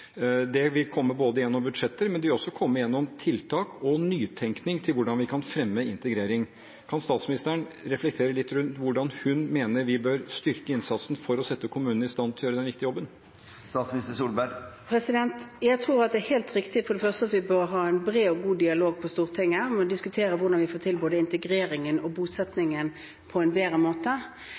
Det vil komme gjennom budsjetter, men det vil også komme gjennom tiltak og nytenkning om hvordan vi kan fremme integrering. Kan statsministeren reflektere litt rundt hvordan hun mener vi bør styrke innsatsen for å sette kommunene i stand til å gjøre den viktige jobben? Jeg tror for det første det er helt riktig at vi bør ha en bred og god dialog på Stortinget. Vi må diskutere hvordan vi får til både integreringen og bosettingen på en bedre måte.